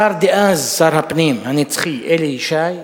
השר דאז, שר הפנים הנצחי אלי ישי,